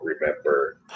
remember